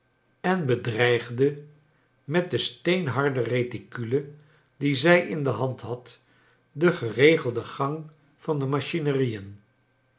en bedreigde met de steenharde reticule die zij in de hand had den geregelden gang van de